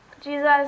Jesus